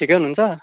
ठिकै हुनु हुन्छ